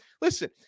listen